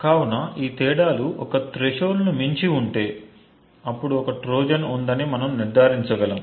కాబట్టి ఈ తేడాలు ఒక త్రెషోల్డ్ని మించి ఉంటే అప్పుడు ఒక ట్రోజన్ ఉందని మనం నిర్ధారించగలము